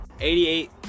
88